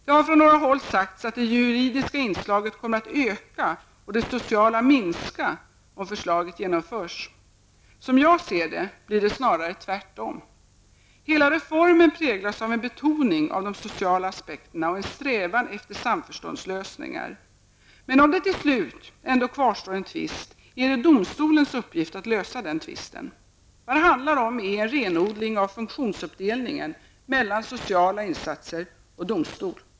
Det har från några håll sagts att det juridiska inslaget kommer att öka och det sociala minska om förslaget genomförs. Som jag ser det blir det snarare tvärtom. Hela reformen präglas av en betoning av de sociala aspekterna och en strävan efter samförståndslösningar. Men om det till slut ändå kvarstår en tvist, är det domstolens uppgift att lösa den tvisten. Vad det handlar om är en renodling av funktionsuppdelningen mellan sociala instanser och domstol.